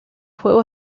juego